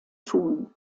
tun